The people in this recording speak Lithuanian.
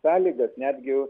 sąlygas netgi